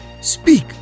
speak